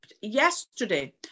yesterday